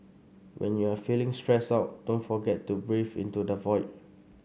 when you are feeling stressed out don't forget to breathe into the void